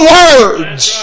words